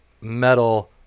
metal